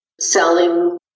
selling